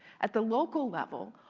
at the local level,